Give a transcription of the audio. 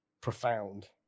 profound